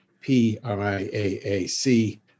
P-I-A-A-C